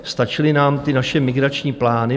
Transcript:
Stačily nám ty naše migrační plány.